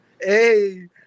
Hey